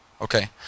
Okay